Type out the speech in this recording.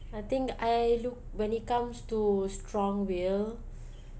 I think I look when it comes to strong will